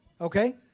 okay